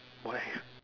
why